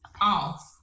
off